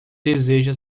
deseja